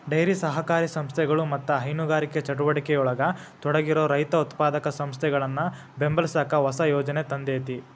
dairy ಸಹಕಾರಿ ಸಂಸ್ಥೆಗಳು ಮತ್ತ ಹೈನುಗಾರಿಕೆ ಚಟುವಟಿಕೆಯೊಳಗ ತೊಡಗಿರೋ ರೈತ ಉತ್ಪಾದಕ ಸಂಸ್ಥೆಗಳನ್ನ ಬೆಂಬಲಸಾಕ ಹೊಸ ಯೋಜನೆ ತಂದೇತಿ